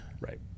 Right